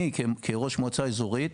אני כראש מועצה אזורית,